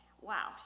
wow